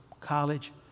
college